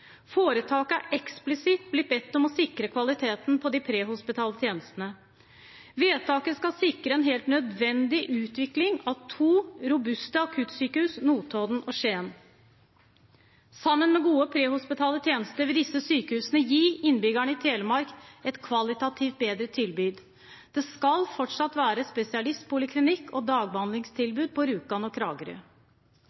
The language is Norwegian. Foretaket er eksplisitt blitt bedt om sikre kvaliteten på de prehospitale tjenestene. Vedtaket skal sikre en helt nødvendig utvikling av to robuste akuttsykehus, Notodden og Skien. Sammen med gode prehospitale tjenester, vil disse sykehusene gi innbyggerne i Telemark et kvalitativt bedre tilbud. Det skal fortsatt være spesialistpoliklinikk og